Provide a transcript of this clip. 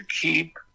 keep